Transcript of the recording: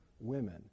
women